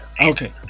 okay